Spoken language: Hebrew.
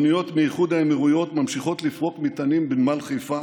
אוניות מאיחוד האמירויות ממשיכות לפרוק מטענים בנמל חיפה.